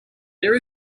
there